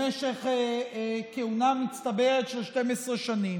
במשך כהונה מצטברת של 12 שנים?